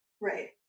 right